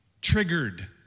triggered